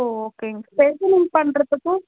ஓ okay straightening பண்ணுறதுக்கு